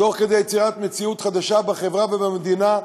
תוך כדי יצירת מציאות חדשה בחברה ובמדינה,